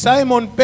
Simon